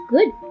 Good